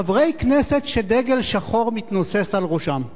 חברי כנסת שדגל שחור מתנוסס על ראשם.